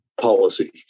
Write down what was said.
policy